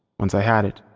once i had it,